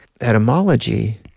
etymology